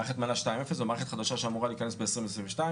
מערכת חדשה שאמורה להיכנס ב-2022.